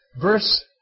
verse